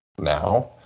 now